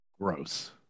Gross